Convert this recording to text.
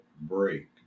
break